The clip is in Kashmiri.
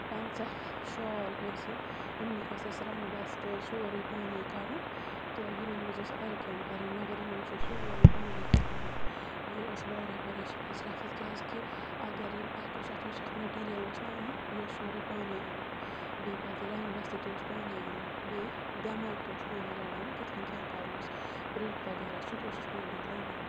پَنٛژاہ شال ٲسۍ یِم یِمنٕے ٲس اَسہِ رَنٛگ بَستہٕ سورٕے پانَے کَرُن تہٕ یِمَن منٛز ٲس آرِ کٲم کَرٕنۍ مگر یِمَن اوس اَسہِ سورٕے پانَے کَرُن یہِ ٲس واریاہ پریشٲنی ہِنٛز کیفِیت کیٛازکہِ اَگر یِم اَکھ اوس اَتھ یُس اَسہِ مٔٹیٖرِیَل اوس نَہ اَنُن یہِ اوس سورٕے پانَے اَنُن بیٚیہِ پَتہٕ یہِ رَنٛگ بَستہٕ تہِ اوس پانَے اَنُن بیٚیہِ دٮ۪ماغ تہِ اوس پانَے لَڑاوُن کِتھ کَنۍ کیٛاہ کَروٚس پِرٛنٛٹ وغیرہ سُہ تہِ اوسُس پانَے ترٛاوناوُن